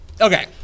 Okay